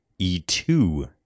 E2